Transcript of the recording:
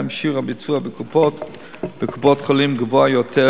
ובהם שיעור הביצוע בקופות-החולים גבוה יותר